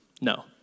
no